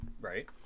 right